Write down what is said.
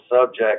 subject